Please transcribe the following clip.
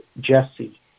Jesse